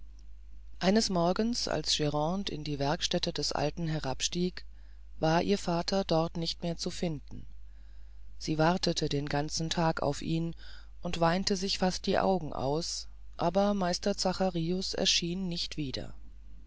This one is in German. eines morgens als grande in die werkstätte des alten herabstieg war ihr vater dort nicht mehr zu finden sie wartete den ganzen tag auf ihn und weinte sich fast die augen aus aber meister zacharius erschien nicht wieder